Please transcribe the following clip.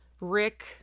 Rick